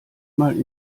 mal